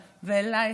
ואלייך,